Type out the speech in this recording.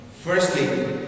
firstly